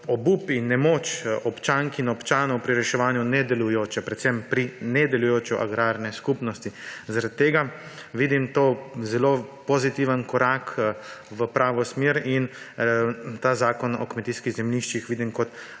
obup in nemoč občank in občanov pri reševanju predvsem nedelujoče agrarne skupnosti. Zaradi tega vidim pozitiven korak v pravo smer in ta zakon o kmetijskih zemljiščih vidim kot